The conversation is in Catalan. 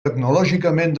tecnològicament